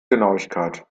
genauigkeit